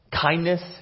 kindness